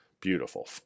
beautiful